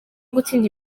gutinya